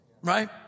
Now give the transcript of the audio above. Right